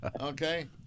Okay